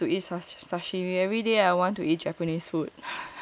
every day I wants to eat sashimi everyday I want to eat Japanese food